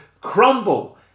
crumble